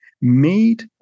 made